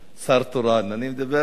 אני מדבר על